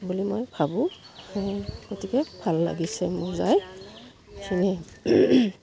বুলি মই ভাবোঁ গতিকে ভাল লাগিছে মোৰ যাই এইখিনিয়ে